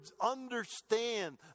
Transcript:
understand